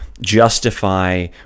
justify